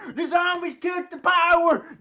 the zombies cut the power!